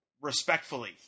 respectfully